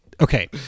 okay